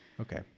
Okay